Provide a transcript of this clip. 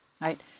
right